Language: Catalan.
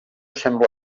sembla